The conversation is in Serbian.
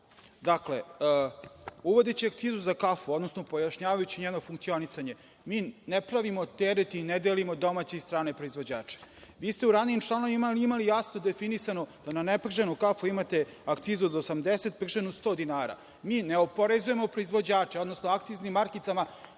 uvodeći akcizu za kafu, odnosno pojašnjavajući njeno funkcionisanje, mi ne pravimo teret i ne delimo domaće i strane proizvođače. Vi ste u ranijim članovima imali jasno definisano da na ne prženu kafu imate akcizu od 80, pa još jedno 100 dinara. Mi ne oporezujemo proizvođače, odnosno akciznim markicama